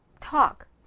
talk